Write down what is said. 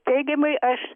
teigiamai aš